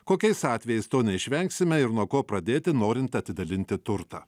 kokiais atvejais to neišvengsime ir nuo ko pradėti norint atidalinti turtą